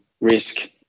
risk